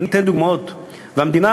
והמדינה,